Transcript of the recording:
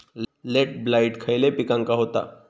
Late blight खयले पिकांका होता?